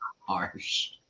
harsh